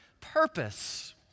purpose